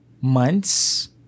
months